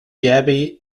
gaby